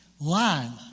line